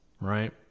right